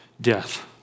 death